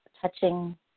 touching